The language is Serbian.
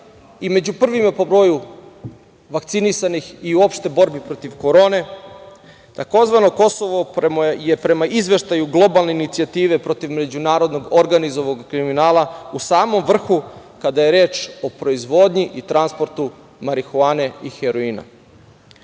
i među prvima po broju vakcinisanih i uopšte u borbi protiv korone, tzv. Kosovo je prema izveštaju globalne inicijative protiv međunarodnog organizovanog kriminala u samom vrhu kada je reč o proizvodnji i transportu marihuane i heroina. Umesto